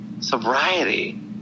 sobriety